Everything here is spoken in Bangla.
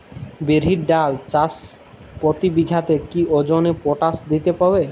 বিরির ডাল চাষ প্রতি বিঘাতে কি ওজনে পটাশ দিতে হবে?